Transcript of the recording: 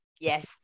yes